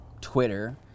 Twitter